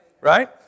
Right